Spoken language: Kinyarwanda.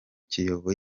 kiyovu